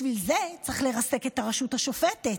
בשביל זה צריך לרסק את הרשות השופטת,